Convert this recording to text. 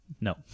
no